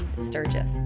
sturgis